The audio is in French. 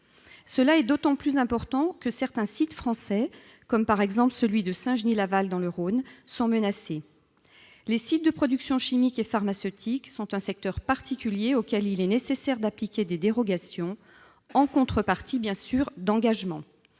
C'est d'autant plus important que certains sites français, par exemple celui de Saint-Genis-Laval, dans le Rhône, sont menacés. Les sites de production chimique et pharmaceutique constituent un secteur particulier, auquel il est nécessaire d'appliquer des dérogations, en contrepartie, bien sûr, d'engagements.